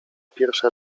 pierwsza